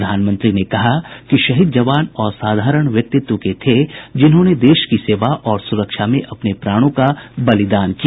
प्रधानमंत्री ने कहा कि शहीद जवान असाधारण व्यक्तित्व के थे जिन्होंने देश की सेवा और सुरक्षा में अपने प्राणों का बलिदान किया